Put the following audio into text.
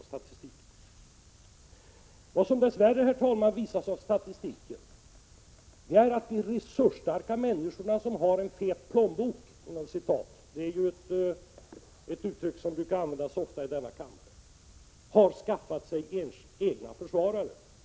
Detta visas också av statistiken. Av den framgår dess värre, herr talman, att de resursstarka människorna, de som har en fet plånbok — ett uttryck som ju ofta brukar användas i denna kammare — har skaffat sig privata försvarare.